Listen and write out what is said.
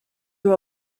you